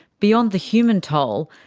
beyond the human toll,